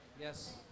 Yes